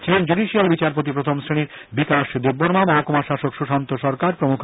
ছিলেন জুডিশিয়াল বিচারপতি প্রথম শ্রেণি বিকাশ দেববর্মা মহকুমা শাসক সুশান্ত সরকার প্রমুখ